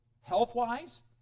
health-wise